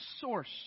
source